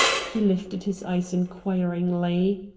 he lifted his eyes inquiringly.